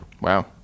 wow